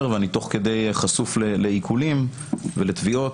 ותוך כדי אני חשוף לעיקולים ולתביעות,